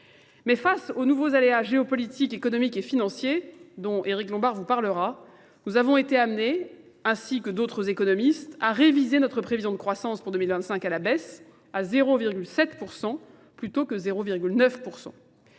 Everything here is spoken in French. Mais face aux nouveaux aléas géopolitiques, économiques et financiers dont Éric Lombard vous parlera, nous avons été amenés, ainsi que d'autres économistes, à réviser notre prévision de croissance pour 2025 à la baisse à 0,7% plutôt que 0,9%.